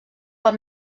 pel